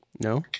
No